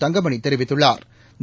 தங்கமணி தெரிவித்துள்ளாா்